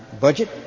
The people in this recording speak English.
budget